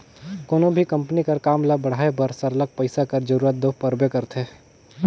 कोनो भी कंपनी कर काम ल बढ़ाए बर सरलग पइसा कर जरूरत दो परबे करथे